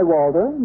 Walter